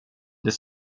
det